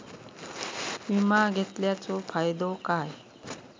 विमा घेतल्याचो फाईदो काय?